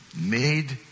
made